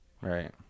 Right